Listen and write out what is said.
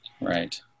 Right